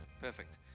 Perfect